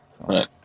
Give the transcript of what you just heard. Right